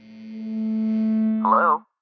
Hello